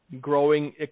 growing